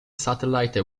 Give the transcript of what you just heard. satellite